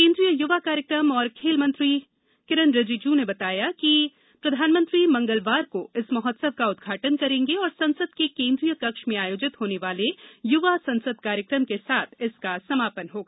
केन्द्रीय युवा कार्यक्रम और खेल मंत्री किरन रिजिजु ने बताया कि प्रधानमंत्री मंगलवार को इस महोत्सव का उदघाटन करेंगे और संसद के केन्द्रीय कक्ष में आयोजित होने युवा संसद कार्यक्रम के साथ इसका समापन होगा